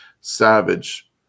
Savage